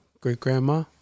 great-grandma